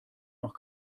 noch